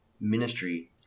ministry